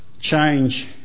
change